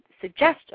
suggestion